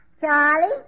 Charlie